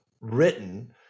written